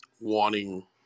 wanting